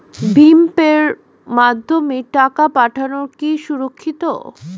ভিম পের মাধ্যমে টাকা পাঠানো কি সুরক্ষিত?